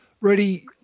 Rudy